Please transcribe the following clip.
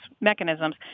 mechanisms